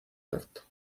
tacto